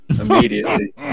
immediately